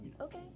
Okay